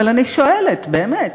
אבל אני שואלת: באמת,